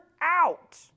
out